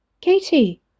Katie